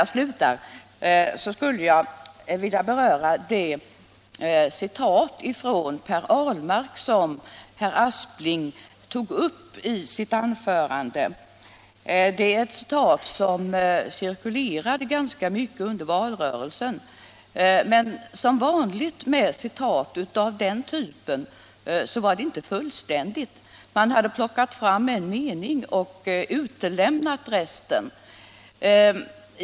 Jag vill också beröra det citat från herr Ahlmark som herr Aspling tog upp i sitt anförande. Det är ett citat som cirkulerade ganska mycket under valrörelsen i höstas. Men som vanligt med citat av den typen var det inte fullständigt. Man hade plockat fram en mening och utelämnat resten.